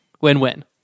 Win-win